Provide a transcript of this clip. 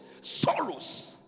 Sorrows